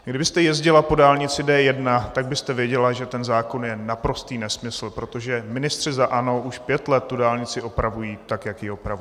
Kdybyste jezdila po dálnici D1, tak byste věděla, že ten zákon je naprostý nesmysl, protože ministři za ANO už pět let tu dálnici opravují, tak jak ji opravují.